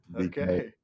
Okay